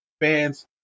fans